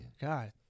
God